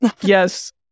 Yes